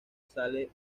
sale